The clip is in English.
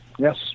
Yes